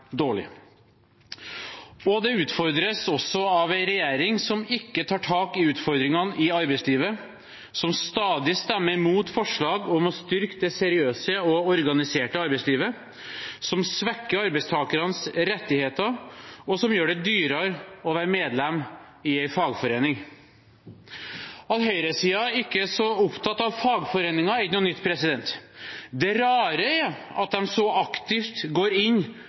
dårlig. Det utfordres også av en regjering som ikke tar tak i utfordringene i arbeidslivet, som stadig stemmer imot forslag om å styrke det seriøse og organiserte arbeidslivet, som svekker arbeidstakernes rettigheter, og som gjør det dyrere å være medlem i en fagforening. At høyresiden ikke er så opptatt av fagforeninger, er ikke noe nytt. Det rare er at de så aktivt går inn